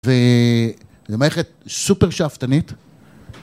וזו מערכת סופר שאפתנית.